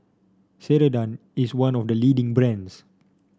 Ceradan is one of the leading brands